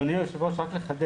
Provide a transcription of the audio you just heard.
אדוני היושב ראש, רק לחדד.